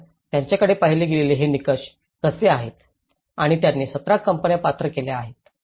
तर त्यांच्याकडे पाहिले गेलेले हे निकष कसे आहेत आणि त्यांनी 17 कंपन्या पात्र केल्या आहेत